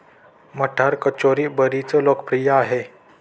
मटार कचोरी बरीच लोकप्रिय आहे